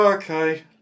Okay